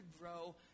grow